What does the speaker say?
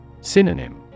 Synonym